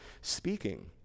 speaking